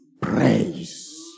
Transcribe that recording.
praise